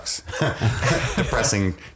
depressing